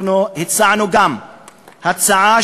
אנחנו הצענו גם הצעה,